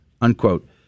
unquote